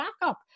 backup